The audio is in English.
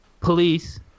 Police